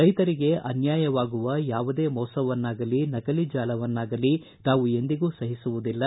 ರೈತರಿಗೆ ಅನ್ನಾಯವಾಗುವಂತಹ ಯಾವುದೇ ಮೋಸವನ್ನಾಗಲೀ ನಕಲಿ ಜಾಲವನ್ನಾಗಲೀ ತಾವು ಎಂದಿಗೂ ಸಹಿಸುವುದಿಲ್ಲ